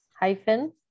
hyphen